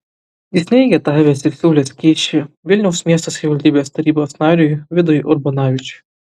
jis neigė davęs ir siūlęs kyšį vilniaus miesto savivaldybės tarybos nariui vidui urbonavičiui